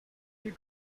you